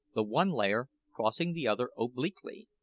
the one layer crossing the other obliquely,